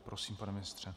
Prosím, pane ministře.